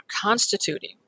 constituting